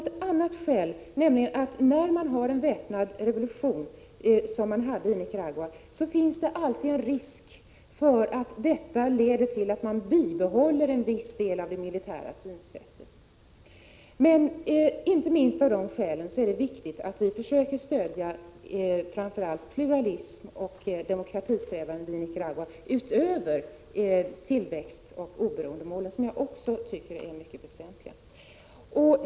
Ett annat skäl är, att när man har genomfört en väpnad revolution, som man har gjort i Nicaragua, finns det alltid en risk för att man bibehåller en viss del av det militära synsättet. Det är därför viktigt att vi försöker stödja framför allt pluralism och demokratisträvanden i Nicaragua utöver tillväxtoch oberoendemålen som jag också tycker är mycket väsentliga.